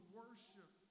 worship